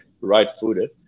right-footed